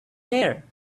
hair